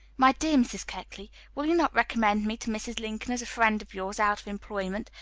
my dear mrs. keckley, will you not recommend me to mrs. lincoln as a friend of yours out of employment,